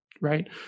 right